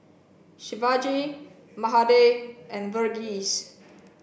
Shivaji Mahade and Verghese